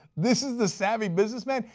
this was the savvy businessman?